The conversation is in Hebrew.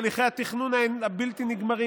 הליכי התכנון הבלתי-נגמרים,